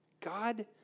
God